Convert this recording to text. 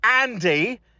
Andy